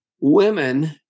women